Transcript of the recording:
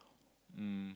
um